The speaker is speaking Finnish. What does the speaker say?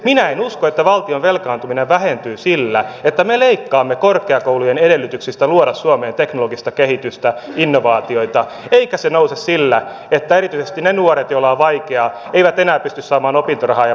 minä en usko että valtion velkaantuminen vähentyy sillä että me leikkaamme korkeakoulujen edellytyksistä luoda suomeen teknologista kehitystä ja innovaatioita eikä se nouse sillä että erityisesti ne nuoret joilla on vaikeaa eivät enää pysty saamaan opintorahaa ja pääsemään korkeakouluun